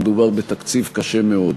מדובר בתקציב קשה מאוד.